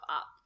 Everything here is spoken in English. up